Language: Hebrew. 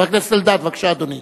חבר הכנסת אלדד, בבקשה, אדוני.